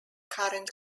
current